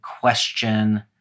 question